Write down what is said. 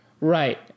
right